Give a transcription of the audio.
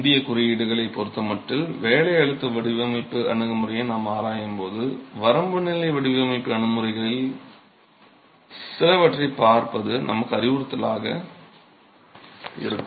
இந்தியக் குறியீடுகளைப் பொறுத்தமட்டில் வேலை அழுத்த வடிவமைப்பு அணுகுமுறையை நாம் ஆராயும்போது வரம்பு நிலை வடிவமைப்பு அணுகுமுறைகளில் சிலவற்றைப் பார்ப்பது நமக்கு அறிவுறுத்தலாக இருக்கும்